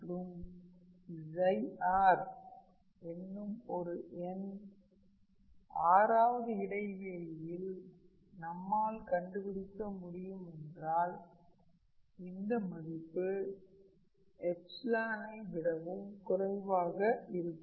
மற்றும் r என்னும் ஒரு எண் r வது இடைவெளியில் நம்மால் கண்டுபிடிக்க முடியும் என்றால் இந்த மதிப்பு ஐ விடவும் குறைவாக இருக்கும்